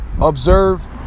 observe